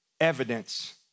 evidence